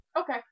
Okay